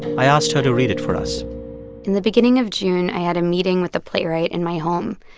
i asked her to read it for us in the beginning of june, i had a meeting with a playwright in my home.